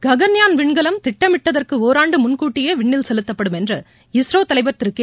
ககன்யான் விண்கலம் திட்டமிட்டதற்கு ஓராண்டு முன்கூட்டியே விண்ணில் செலுத்தப்படும் என்று இஸ்ரோ தலைவர் திரு கே